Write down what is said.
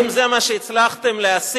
אם זה מה שהצלחתם להשיג,